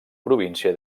província